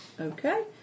Okay